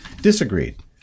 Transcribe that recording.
disagreed